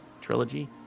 trilogy